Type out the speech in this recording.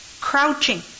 crouching